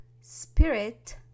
spirit